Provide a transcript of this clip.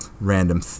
random